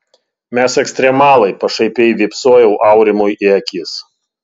mes ekstremalai pašaipiai vypsojau aurimui į akis